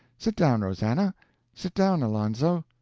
sit down, rosannah sit down, alonzo.